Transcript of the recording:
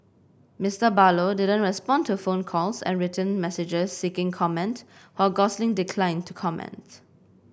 Mister Barlow didn't respond to phone calls and written messages seeking comment while Gosling declined to comment